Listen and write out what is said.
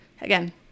Again